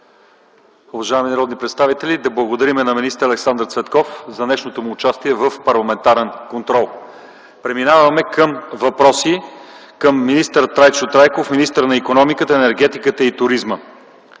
Уважаеми народни представители, да благодарим на министър Александър Цветков за днешното му участие в Парламентарния контрол. Преминаваме към въпроси към Трайчо Трайков – министър на икономиката, енергетиката и туризма.